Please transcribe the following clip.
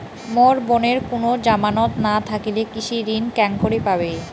মোর বোনের কুনো জামানত না থাকিলে কৃষি ঋণ কেঙকরি পাবে?